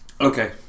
Okay